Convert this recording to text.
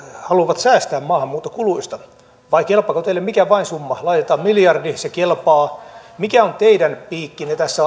haluavat säästää maahanmuuttokuluista vai kelpaako teille mikä vain summa laitetaan miljardi se kelpaa mikä on teidän piikkinne tässä